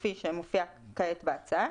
כמו שמופיע כעת בהצעה,